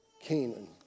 Canaan